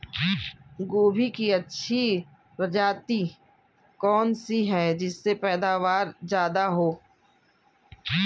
गोभी की अच्छी प्रजाति कौन सी है जिससे पैदावार ज्यादा हो?